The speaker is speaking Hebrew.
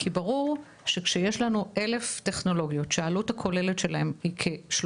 כי ברור כשיש לנו כ-1,000 טכנולוגיות שהעלות הכוללת היא בין